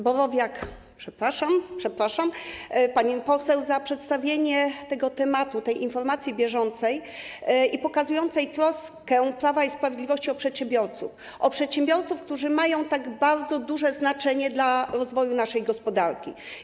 Borowiak, przepraszam, przepraszam, pani poseł, za przedstawienie tematu tej informacji bieżącej pokazującej troskę Prawa i Sprawiedliwości o przedsiębiorców - o przedsiębiorców, którzy mają tak bardzo duże znaczenie dla rozwoju naszej gospodarki.